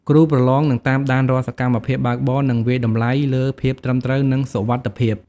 គ្រូប្រឡងនឹងតាមដានរាល់សកម្មភាពបើកបរ និងវាយតម្លៃលើភាពត្រឹមត្រូវ និងសុវត្ថិភាព។